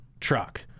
truck